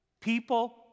People